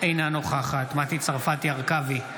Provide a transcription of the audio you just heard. אינה נוכחת מטי צרפתי הרכבי,